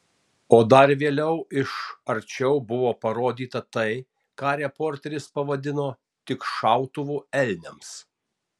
o dar vėliau iš arčiau buvo parodyta tai ką reporteris pavadino tik šautuvu elniams